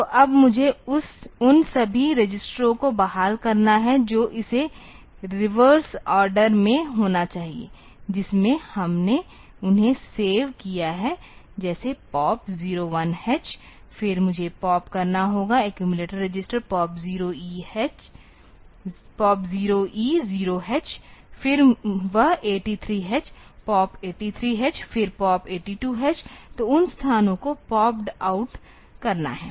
तो अब मुझे उन सभी रजिस्टरों को बहाल करना है तो इसे रिवर्स ऑर्डर में होना चाहिए जिसमें हमने उन्हें सेव किया है जैसे POP 01 H फिर मुझे POP करना होगा accumulator register POP 0E0 H फिर वह 83 H POP 83H फिर POP 82 H तो उन स्थानों को popped आउट करना हैं